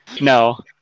No